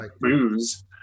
booze